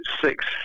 six